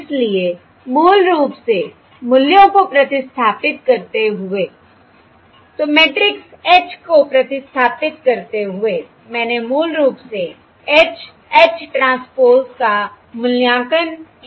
इसलिए मूल रूप से मूल्यों को प्रतिस्थापित करते हुए तो मैट्रिक्स H को प्रतिस्थापित करते हुए मैंने मूल रूप से H H ट्रांसपोज़ का मूल्यांकन किया है